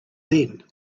then